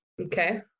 Okay